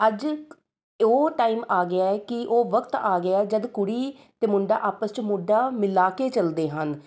ਅੱਜ ਉਹ ਟਾਈਮ ਆ ਗਿਆ ਕਿ ਉਹ ਵਕਤ ਆ ਗਿਆ ਜਦ ਕੁੜੀ ਅਤੇ ਮੁੰਡਾ ਆਪਸ ਵਿੱਚ ਮੋਢਾ ਮਿਲਾ ਕੇ ਚੱਲਦੇ ਹਨ